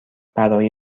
برای